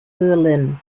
berlin